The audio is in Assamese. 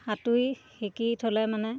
সাঁতুৰি শিকি থ'লে মানে